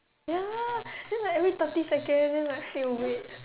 ya then like every thirty second then like need to wait